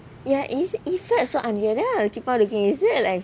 ya it it felt so unreal then I kept on looking it's that like